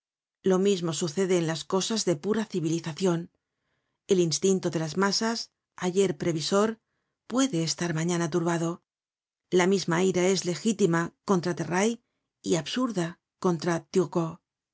lo mismo sucede en las cosas de pura civilizacion el instinto de las masas ayer previsor puede estar mañana turbado la misma ira es legítima contra terray y absurda contra